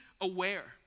aware